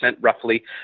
roughly